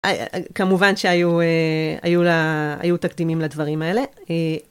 כמובן שהיו אה... היו ל... היו תקדימים לדברים האלה.